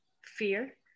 fear